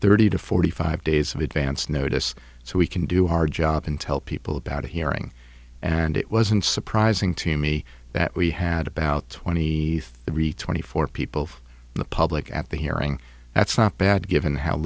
thirty to forty five days of advance notice so we can do our job and tell people about hearing and it wasn't surprising to me that we had about twenty three twenty four people of the public at the hearing that's not bad given h